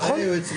נכון.